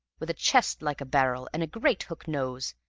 with a chest like a barrel, and a great hook-nose,